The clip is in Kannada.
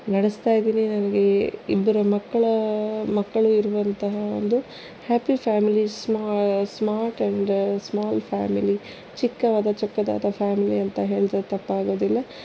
ನಡೆಸ್ತಾ ಇದ್ದೀನಿ ನನಗೆ ಇಬ್ಬರು ಮಕ್ಕಳ ಮಕ್ಕಳು ಇರುವಂತಹ ಒಂದು happy families smart and small family ಚಿಕ್ಕವಾದ ಚೊಕ್ಕದಾದ ಫ್ಯಾಮಿಲಿ ಅಂತ ಹೇಳಿದ್ರೆ ತಪ್ಪಾಗೋದಿಲ್ಲ